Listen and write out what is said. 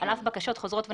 על אף בקשות חוזרות ונשנות,